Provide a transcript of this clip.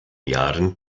jahren